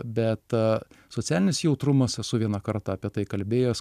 bet socialinis jautrumas esu vieną kartą apie tai kalbėjęs